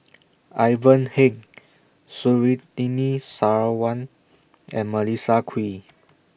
Ivan Heng Surtini Sarwan and Melissa Kwee